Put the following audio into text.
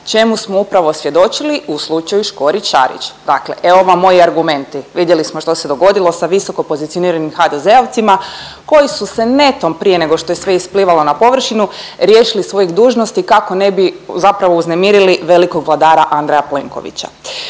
čemu smo upravo svjedočili u slučaju Škorić Šarić. Dakle, evo vam moji argumenti. Vidjeli smo što se dogodilo sa visoko pozicioniranim HDZ-ovcima koji su se netom prije nego što je sve isplivalo na površinu riješili svojih dužnosti kako ne bi zapravo uznemirili velikog vladara Andreja Plenkovića.